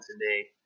today